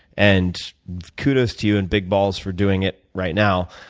and kudos to you, and big balls for doing it right now.